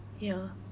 ya